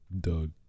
Doug